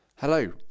Hello